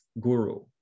Guru